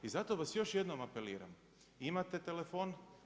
I zato vas još jednom apeliram imate telefon.